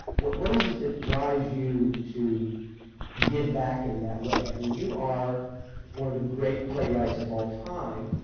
what what is it that drives you to give back in that way? i mean, you are one of the great playwrights of all time.